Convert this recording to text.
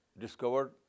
discovered